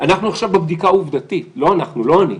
אנחנו עכשיו בבדיקה עובדתית, לא אנחנו, לא אני.